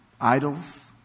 idols